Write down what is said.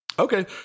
Okay